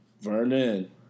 Vernon